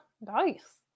nice